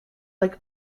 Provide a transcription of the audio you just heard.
like